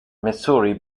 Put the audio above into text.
missouri